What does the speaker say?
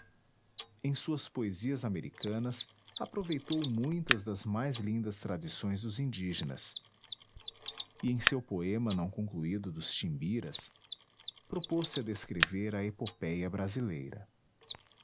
em suas poesias americanas aproveitou muitas das mais lindas tradições dos indígenas e em seu poema não concluído dos timbiras propôs-se a descrever a epopéia brasileira